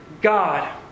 God